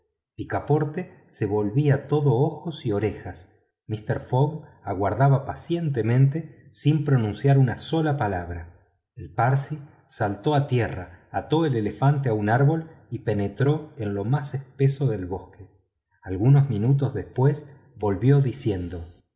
picaporte se volvía todo ojos y orejas mister fogg aguardaba pacientemente sin pronunciar una sola palabra el parsi saltó a tierra ató el elefante a un árbol y penetró en lo más espeso del bosque algunos minutos después volvió diciendo